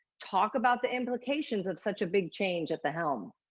talk about the implications of such a big change at the helm.